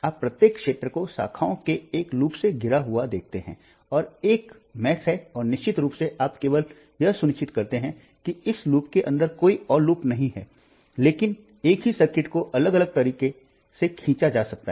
आप प्रत्येक क्षेत्र को शाखाओं के एक लूप से घिरा हुआ देखते हैं और वह एक जाल है और निश्चित रूप से आप केवल यह सुनिश्चित करते हैं कि इस लूप के अंदर कोई और लूप नहीं है लेकिन एक ही सर्किट को अलग अलग तरीकों से खींचा जा सकता है